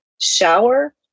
shower